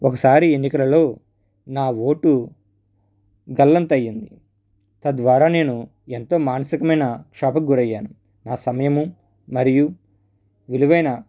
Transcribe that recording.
ఒకసారి ఎన్నికలలో నా ఓటు గల్లంతయ్యింది తద్వారా నేను ఎంతో మానసికమైన క్షోభకు గురయ్యాను ఆ సమయము మరియు విలువైన